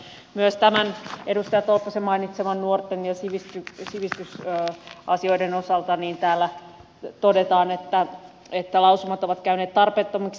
myös tämän edustaja tolppasen mainitsemien nuorten ja sivistysasioiden osalta täällä todetaan että lausumat ovat käyneet tarpeettomiksi